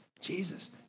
Jesus